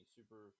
Super